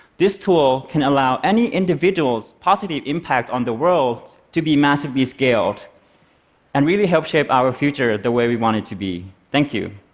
this tool can allow any individual's positive impact on the world to be massively scaled and really help shape our future the way we want it to be. thank you.